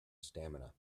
stamina